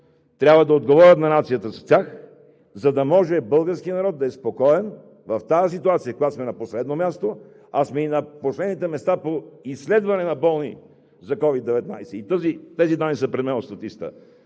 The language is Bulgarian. трябва да отговорят на нацията с тях, за да може българският народ да е спокоен в тази ситуация, в която сме на последно място, а сме и на последните места по изследване на болни за COVID-19. Тези данни са пред мен от статистиката,